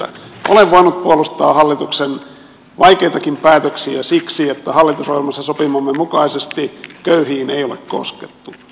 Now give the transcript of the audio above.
olen voinut puolustaa hallituksen vaikeitakin päätöksiä siksi että hallitusohjelmassa sopimamme mukaisesti köyhiin ei ole koskettu